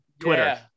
Twitter